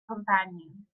companions